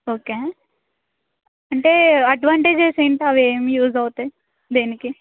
okay అంటే advantages ఏంటి అవి ఏం యూజ్ అవుతాయి దేనికి